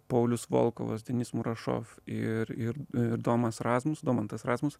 paulius volkovas denis murašov ir ir domas razmus domantas razmus